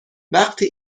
وقتی